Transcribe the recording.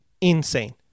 insane